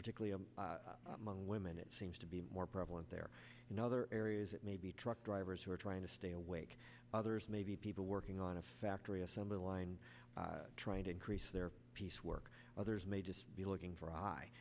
particularly among women it seems to be more prevalent there in other areas it may be truck drivers who are trying to stay awake others may be people working on a factory assembly line trying to increase their work others may just be looking